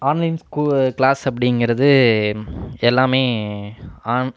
online school class அப்படிங்கிறது எல்லாமே on